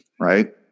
right